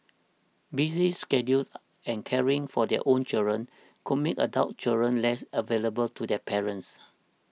busy schedules and caring for their own children could make adult children less available to their parents